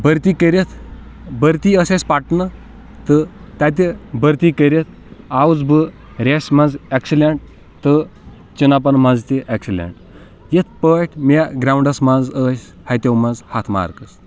بٕرتی کٔرِتھ بٕرتی ٲس اسہِ پَٹنہٕ تہٕ تَتہِ بٕرتی کٔرِتھ آوُس بہٕ ریسہِ منٛز ایکسِلٮ۪نٛٹ تہٕ چِن اَپَن منٛز تہِ ایکسِلٮ۪نٛٹ یِتھ پٲٮ۪ٹھۍ مے گرٛاونٛڈَس منٛز ٲسۍ ہَتٮ۪و منٛز ہَتھ مارکس